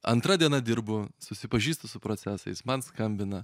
antra diena dirbu susipažįstu su procesais man skambina